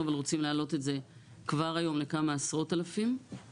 רוצים להעלות את זה כבר היום לכמה עשרות אלפים,